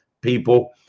people